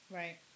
right